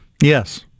Yes